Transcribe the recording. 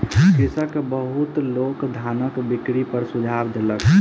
कृषक के बहुत लोक धानक बिक्री पर सुझाव देलक